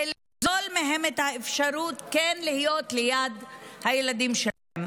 לגזול מהן את האפשרות כן להיות ליד הילדים שלהן.